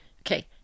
okay